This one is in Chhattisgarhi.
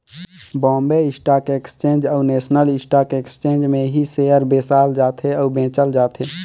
बॉम्बे स्टॉक एक्सचेंज अउ नेसनल स्टॉक एक्सचेंज में ही सेयर बेसाल जाथे अउ बेंचल जाथे